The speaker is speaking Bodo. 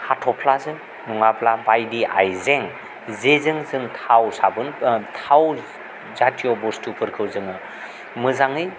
हाथ'फ्लाजों नङाब्ला बायदि आइजें जेजों जों थाव साबोन थाव जाथिय' बुस्थुफोरखौ जोङो मोजाङै